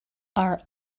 are